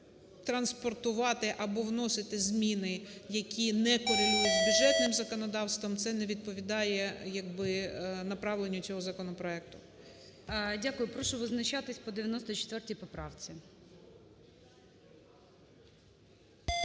транспортувати або вносити зміни, які не корелюють з бюджетним законодавством, це не відповідає як би направленню цього законопроекту. ГОЛОВУЮЧИЙ. Дякую. Прошу визначатися по 94-й поправці.